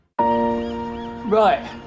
Right